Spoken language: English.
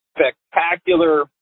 spectacular